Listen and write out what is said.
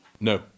No